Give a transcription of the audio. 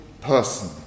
person